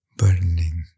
burning